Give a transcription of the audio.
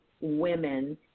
women